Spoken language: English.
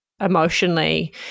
emotionally